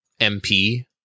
MP